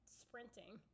sprinting